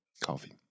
Coffee